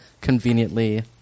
conveniently